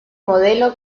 modelo